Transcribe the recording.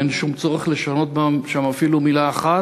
אין צורך לשנות בהן אפילו מילה אחת.